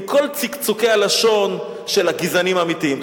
כל צקצוקי הלשון של הגזענים האמיתיים.